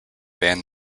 ban